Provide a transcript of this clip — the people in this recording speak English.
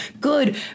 good